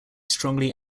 strongly